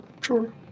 sure